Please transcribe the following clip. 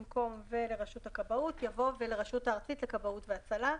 במקום "ולרשות הכבאות" יבוא "ולרשות הארצית לכבאות והצלה".